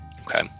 Okay